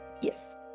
Yes